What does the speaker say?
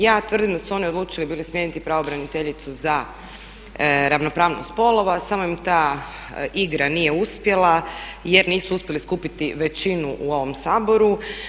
Ja tvrdim da su oni odlučili bili smijeniti pravobraniteljicu za ravnopravnost spolova samo im ta igra nije uspjela jer nisu uspjeli skupiti većinu u ovom Saboru.